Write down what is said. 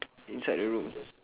inside the room